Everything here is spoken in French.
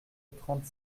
trente